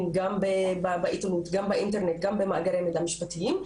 גם בעיתונות גם באינטרנט גם במאגרי מידע משפטיים.